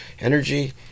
energy